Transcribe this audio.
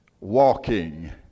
walking